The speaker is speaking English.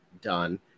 done